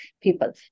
people